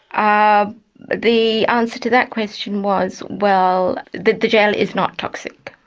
ah the answer to that question was, well, the the gel is not toxic.